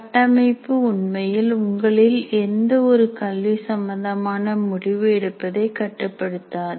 கட்டமைப்பு உண்மையில் உங்களில் எந்த ஒரு கல்வி சம்பந்தமான முடிவு எடுப்பதை கட்டுப்படுத்தாது